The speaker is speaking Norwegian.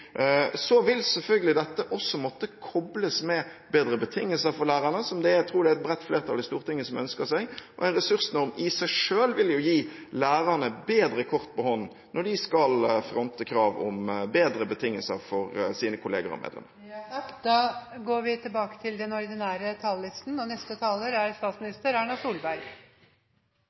Så vil selvfølgelig dette også måtte kobles med bedre betingelser for lærerne, som jeg tror det er et bredt flertall i Stortinget som ønsker seg, og en ressursnorm i seg selv vil gi lærerne bedre kort på hånden når de skal fronte krav om bedre betingelser for sine kolleger og medlemmer. Replikkordskiftet er slutt. Norge er et godt land å bo i for de aller fleste. Vi har fortsatt høy sysselsetting, lav arbeidsledighet, og